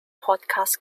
podcast